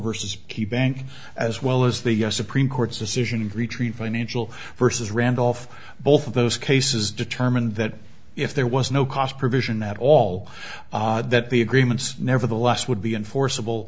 versus key bank as well as the u s supreme court's decision in retreat financial versus randolph both of those cases determined that if there was no cost provision at all that the agreements nevertheless would be enforceable